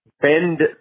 bend